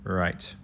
right